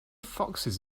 foxes